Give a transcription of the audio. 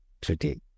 today